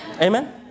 Amen